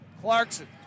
Clarkson